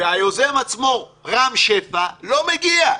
והיוזם עצמו, רם שפע, לא מגיע.